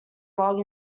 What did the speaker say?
log